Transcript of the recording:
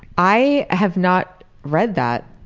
i have not read that,